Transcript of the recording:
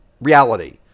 reality